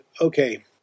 okay